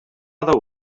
other